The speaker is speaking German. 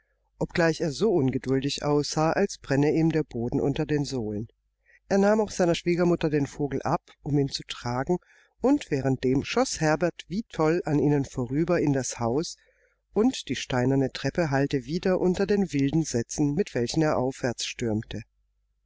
obgleich er so ungeduldig aussah als brenne ihm der boden unter den sohlen er nahm auch seiner schwiegermutter den vogel ab um ihn zu tragen und währenddem schoß herbert wie toll an ihnen vorüber in das haus und die steinerne treppe hallte wider unter den wilden sätzen mit welchen er aufwärts stürmte